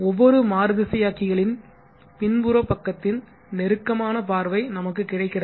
ஒவ்வொரு மாறுதிசையாக்கிகளின் பின்புற பக்கத்தின் நெருக்கமான பார்வை நமக்கு கிடைக்கிறது